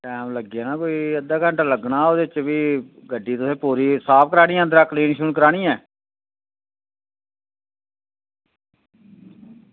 तां लग्गी जाना कोई अद्धा घैंटा लग्गना एह्दे बिच कोई गड्डी तुसें पूरी साफ करानी ऐ अंदरा क्लीन करानी ऐ